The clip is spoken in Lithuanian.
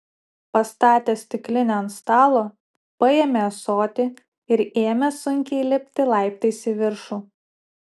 pastatęs stiklinę ant stalo paėmė ąsotį ir ėmė sunkiai lipti laiptais į viršų